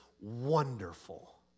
wonderful